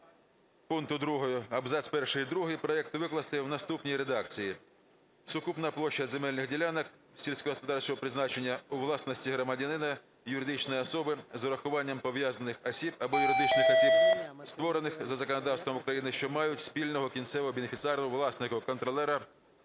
пункту 2 абзац перший і другий проекту викласти в наступній редакції: "Сукупна площа земельних ділянок сільськогосподарського призначення у власності громадянина, юридичної особи, з урахуванням пов’язаних осіб або юридичних осіб, створених за законодавством України, що мають спільного кінцевого бенефіціарного власника (контролера)